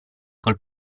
col